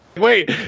Wait